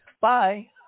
Bye